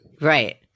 Right